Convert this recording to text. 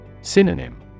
Synonym